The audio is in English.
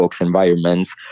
environments